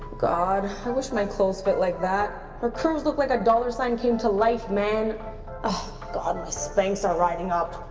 god, i wish my clothes fit like that, her curves look like a dollar sign came to life, man. oh god, my spanx are writhing up.